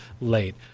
late